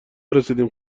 رسیدیم